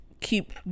keep